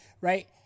Right